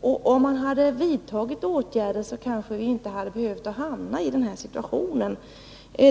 Om tidigare regeringar hade vidtagit åtgärder kanske vi inte hade behövt hamna i denna situation.